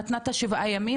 נתנה את השבעה ימים,